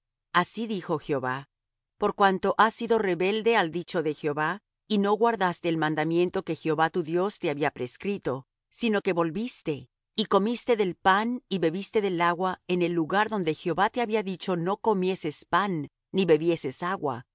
así dijo jehová por cuanto has sido rebelde al dicho de jehová y no guardaste el mandamiento que jehová tu dios te había prescrito sino que volviste y comiste del pan y bebiste del agua en el lugar donde jehová te había dicho no comieses pan ni bebieses agua